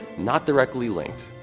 not directly linked.